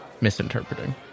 misinterpreting